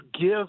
give